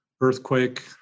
earthquake